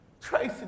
Tracy